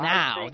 now